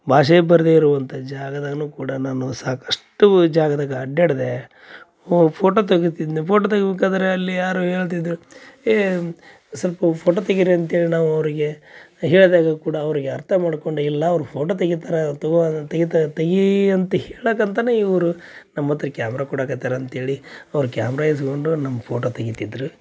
ಭಾಷೆ ಬರದೆ ಇರುವಂಥ ಜಾಗದಾಗನೂ ಕೂಡ ನಾನು ಸಾಕಷ್ಟು ಜಾಗದಾಗ ಅಡ್ಡಾಡ್ದೆ ಫೋಟೊ ತೆಗಿತಿದ್ನ ಫೋಟೊ ತೆಗಿ ಬೇಕಾದರೆ ಅಲ್ಲಿ ಯಾರೋ ಹೇಳ್ತಿದ್ರು ಏಯ್ ಸ್ವಲ್ಪ ಫೋಟೊ ತೆಗಿರಿ ಅಂತೇಳಿ ನಾವು ಅವರಿಗೆ ಹೇಳಿದಾಗ ಕೂಡ ಅವರಿಗೆ ಅರ್ಥ ಮಾಡಿಕೊಂಡು ಇಲ್ಲ ಅವ್ರು ಫೋಟೊ ತೆಗಿತಾರೆ ತಗೋ ಅದನ್ನು ತೆಗಿತ ತೆಗೀ ಅಂತ ಹೇಳಕ್ಕಂತನೇ ಇವರು ನಮ್ಮ ಹತ್ರ ಕ್ಯಾಮ್ರ ಕೊಡಕ್ಕತ್ತಾರ ಅಂತೇಳಿ ಅವ್ರು ಕ್ಯಾಮ್ರ ಇಸ್ಕೊಂಡು ನಮ್ಮ ಫೋಟೊ ತೆಗಿತಿದ್ರು